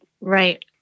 Right